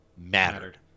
mattered